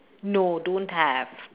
no don't have